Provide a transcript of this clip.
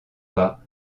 pas